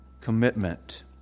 commitment